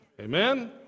Amen